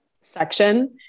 section